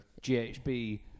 GHB